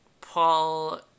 Paul